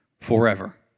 forever